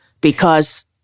because-